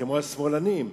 כמו השמאלנים,